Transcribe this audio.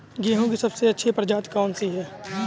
गेहूँ की सबसे अच्छी प्रजाति कौन सी है?